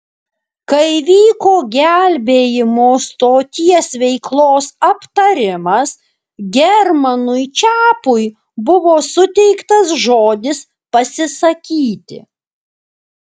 kai vyko gelbėjimo stoties veiklos aptarimas germanui čepui buvo suteiktas žodis pasisakyti